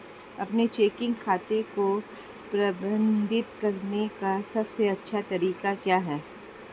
अपने चेकिंग खाते को प्रबंधित करने का सबसे अच्छा तरीका क्या है?